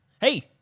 Hey